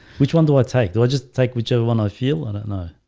which one do i take do i just take whichever one? i feel i don't know.